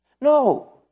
No